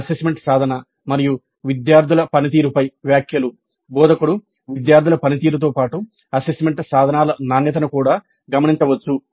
assessment సాధన మరియు విద్యార్థుల పనితీరుపై వ్యాఖ్యలు బోధకుడు విద్యార్థుల పనితీరుతో పాటు అసెస్మెంట్ సాధనాల నాణ్యతను కూడా గమనించవచ్చు